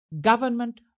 Government